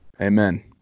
Amen